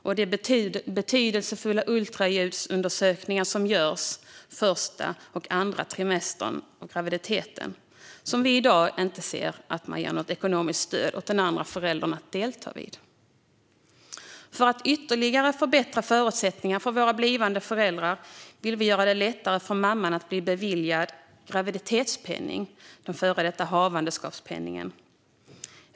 Det är betydelsefulla ultraljudsundersökningar som görs under den första och andra trimestern av graviditeten, och vi ser i dag inte att man ger något ekonomiskt stöd åt den andra föräldern att delta vid dessa. För att ytterligare förbättra förutsättningarna för våra blivande föräldrar vill vi göra det lättare för mamman att bli beviljad graviditetspenning, den före detta havandeskapspenningen.